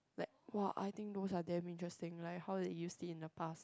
like !wah! I think those are damn interesting right how they use it in the past